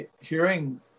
hearing